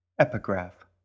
Epigraph